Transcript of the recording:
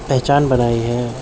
پہچان بنائی ہے